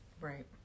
Right